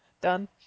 done